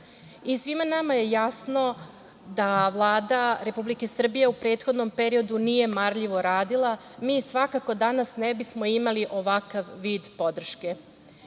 evra. Svima nama je jasno da Vlada Republike Srbije u prethodnom periodu nije marljivo radila mi svakako danas ne bismo imali ovakav vid podrške.